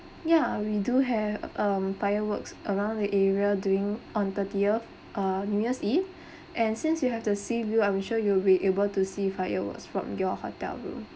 yeah we do have um fireworks around the area during on thirtieth uh new year's eve and since you have the sea view I'm sure you'll be able to see fireworks from your hotel room